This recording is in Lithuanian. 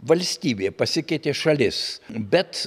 valstybė pasikeitė šalis bet